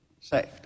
saved